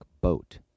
boat